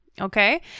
Okay